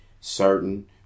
certain